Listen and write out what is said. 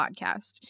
podcast